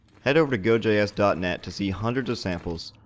head over to gojs dot net to see hundreds of samples,